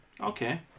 Okay